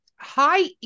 hi